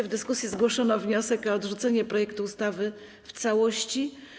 W dyskusji zgłoszono wniosek o odrzucenie projektu ustawy w całości.